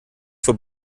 für